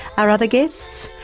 our other guests,